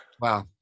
Wow